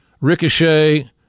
Ricochet